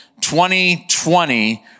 2020